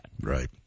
Right